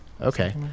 Okay